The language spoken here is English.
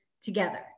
together